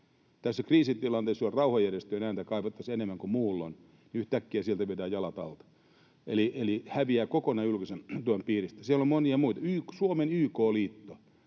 Tässä kriisitilanteessa, jolloin rauhanjärjestöjen ääntä kaivattaisiin enemmän kuin muulloin, yhtäkkiä sieltä vedetään jalat alta, eli ne häviävät kokonaan julkisen tuen piiristä. Siellä on monia muitakin: Suomen YK-liitto,